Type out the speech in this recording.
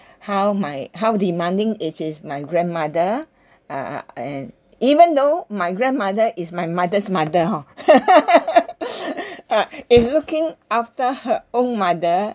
how my how demanding it is my grandmother err and even though my grandmother is my mother's mother hor ah if looking after her own mother